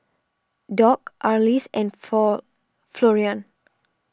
Dock Arlis and for Florian